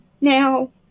now